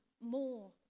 more